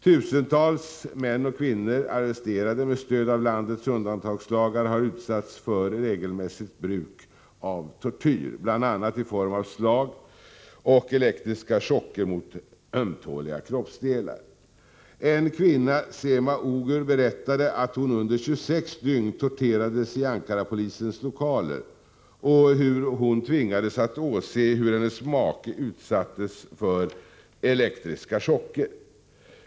Tusentals män och kvinnor, arresterade med stöd av landets undantagslagar, har utsatts för regelmässigt bruk av tortyr, bl.a. i form av slag och elektriska chocker mot ömtåliga kroppsdelar. En kvinna, Sema Ogur, berättade att hon under 26 dygn torterades i Ankarapolisens lokaler och att hon tvingades åse hur hennes make utsattes för elektriska chocker.